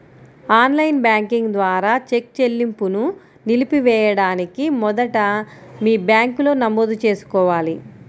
on line banking ద్వారా cheque చెల్లింపును నిలిపివేయడానికి మొదట మీ బ్యాంకులో నమోదు చేసుకోవాలి